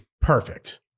perfect